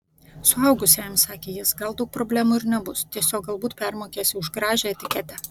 suaugusiajam sakė jis gal daug problemų ir nebus tiesiog galbūt permokėsi už gražią etiketę